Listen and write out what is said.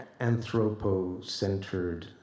anthropocentered